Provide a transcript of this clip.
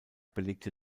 belegte